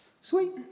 Sweet